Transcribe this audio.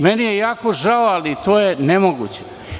Meni je jako žao, ali to je nemoguće.